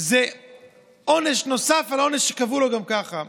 זה עונש נוסף על העונש שקבעו לו גם ככה.